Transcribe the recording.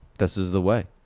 this is the way.